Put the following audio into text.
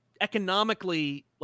economically